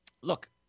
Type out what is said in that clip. Look